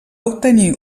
obtenir